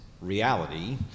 reality